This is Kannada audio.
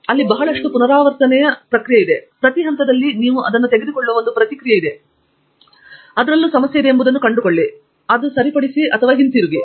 ಅಲ್ಲಿ ಬಹಳಷ್ಟು ಪುನರಾವರ್ತನೆಯ ಪ್ರಕ್ರಿಯೆ ಇದೆ ಆದರೆ ಪ್ರತಿ ಹಂತದಲ್ಲಿ ನೀವು ಅದನ್ನು ತೆಗೆದುಕೊಳ್ಳುವ ಒಂದು ಪ್ರತಿಕ್ರಿಯೆ ಇದೆ ಮತ್ತು ನಂತರ ನೀವು ಎಲ್ಲಿ ಸಮಸ್ಯೆ ಇದೆ ಎಂಬುದನ್ನು ಕಂಡುಕೊಳ್ಳಿ ಮತ್ತು ಅದನ್ನು ಸರಿಪಡಿಸಿ ಮತ್ತೆ ಹಿಂತಿರುಗಿ